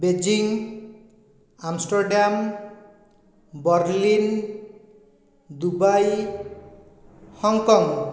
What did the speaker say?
Beijing Amsterdam Berlin Dubai Hong Kong